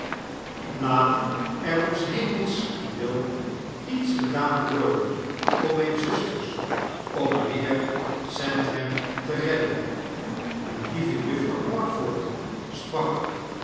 laat er om shemels wiliets gedaan wordenommyn zusters om mynheer sandham te redden myne lieve juffrouw barford sprak